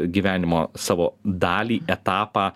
gyvenimo savo dalį etapą